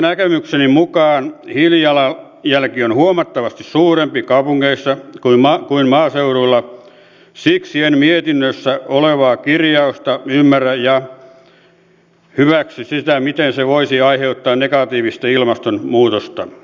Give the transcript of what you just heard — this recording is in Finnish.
näkemykseni mukaan hiilijalanjälki on huomattavasti suurempi kaupungeissa kuin maaseudulla siksi en mietinnössä olevaa kirjausta ymmärrä enkä hyväksy sitä miten se voisi aiheuttaa negatiivista ilmastonmuutosta